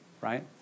right